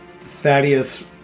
Thaddeus